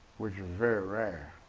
was very rare